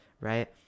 right